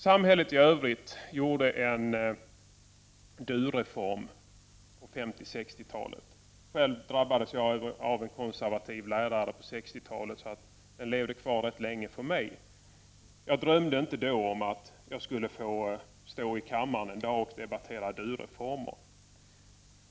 Samhället i övrigt gjorde en du-reform på 50-60-talet. Själv drabbades jag av en konservativ lärare på 60-talet, så att den levde kvar rätt länge för mig. Jag drömde inte då om att jag skulle få stå i kammaren en dag och debattera du-reformer.